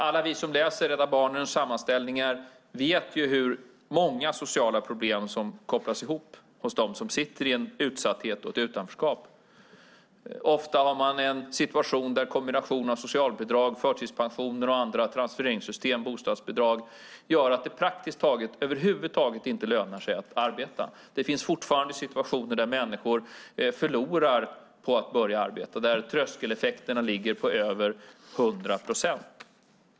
Alla vi som läser Rädda Barnen sammanställningar vet hur många sociala problem som kopplas ihop hos dem som sitter i en utsatthet och ett utanförskap. Ofta har man en situation där en kombination av socialbidrag, förtidspension och andra transfereringssystem med bostadsbidrag gör att det över huvud taget inte lönar sig att arbeta. Det finns fortfarande situationer där människor förlorar på att börja arbeta, där tröskeleffekterna ligger på över 100 procent.